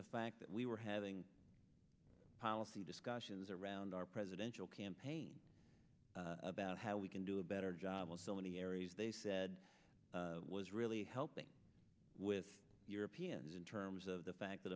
the fact that we were having policy discussions around our presidential campaign about how we can do a better job on so many areas they said was really helping with europeans in terms of the fact that